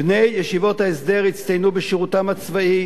בני ישיבות ההסדר הצטיינו בשירותם הצבאי